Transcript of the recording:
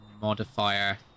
modifier